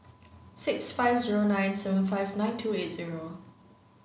six five zero nine seven five nine two eight zero